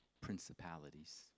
principalities